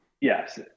Yes